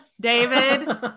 David